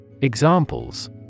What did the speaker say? Examples